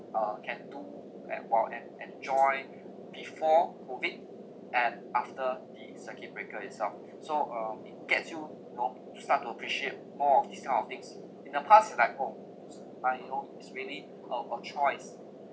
uh can do and while and enjoy before COVID and after the circuit breaker itself so uh it gets you you know to start to appreciate more of this kind things in the past it's like oh s~ by you know is really of a choice